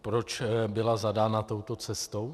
Proč byla zadána touto cestou?